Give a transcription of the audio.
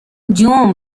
جون